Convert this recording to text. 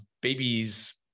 babies